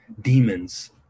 demons